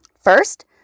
First